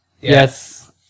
Yes